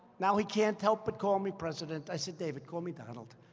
now he can't help but call me president. i said, david, call me donald.